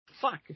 Fuck